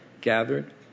gathered